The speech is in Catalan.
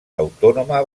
autònoma